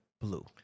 blue